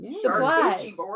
Supplies